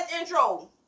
intro